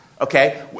Okay